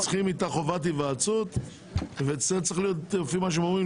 צריכים חובת היוועצות ולפי מה שהיועצים אומרים